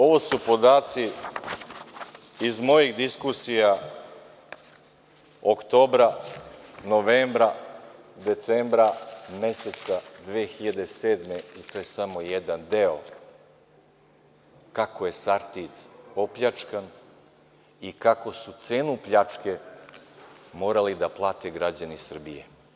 Ovo su podaci iz mojih diskusija oktobra, novembra, decembra meseca 2007. godine i to je samo jedan deo, kako je „Sartid“ opljačkan i kako su cenu pljačke morali da plate građani Srbije.